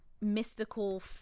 mystical